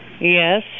yes